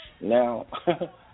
now